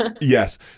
yes